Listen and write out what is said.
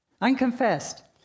unconfessed